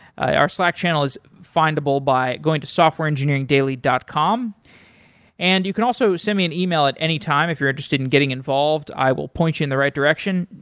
our slack channel is findable by going to softwareengineeringdaily dot com and you can also send me an email at any time if you're interested in getting involved. i will point you in the right direction.